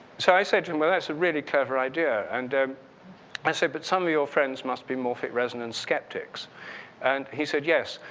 so i said to him well, that's ah really a clever idea. and ah i said but some of your friends must be morphic resonance skeptics and he said yes,